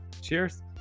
cheers